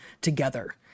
together